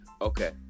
okay